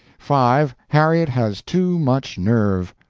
five. harriet has too much nerve.